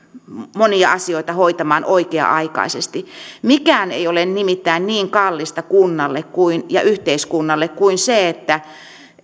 monia asioita hoitamaan oikea aikaisesti mikään ei ole nimittäin niin kallista kunnalle ja yhteiskunnalle kuin se että